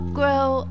grow